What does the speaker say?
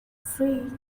free